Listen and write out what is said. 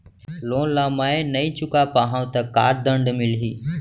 Loan ला मैं नही चुका पाहव त का दण्ड मिलही?